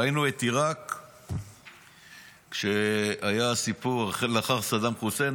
ראינו את עיראק כשהיה הסיפור לאחר סדאם חוסיין,